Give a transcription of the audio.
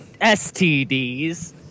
STDs